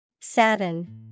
Sadden